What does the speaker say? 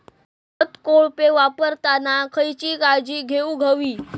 खत कोळपे वापरताना खयची काळजी घेऊक व्हयी?